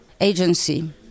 agency